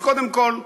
אז קודם כול,